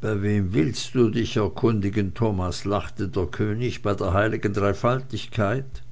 bei wem willst du dich erkundigen thomas lachte der könig bei der heiligen dreifaltigkeit